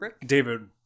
David